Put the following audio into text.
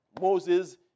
Moses